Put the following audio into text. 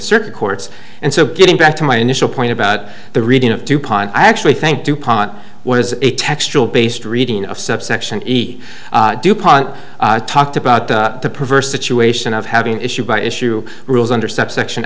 circuit courts and so getting back to my initial point about the reading of dupont i actually think dupont was a textural based reading of subsection e dupont talked about the perverse situation of having an issue by issue rules under subsection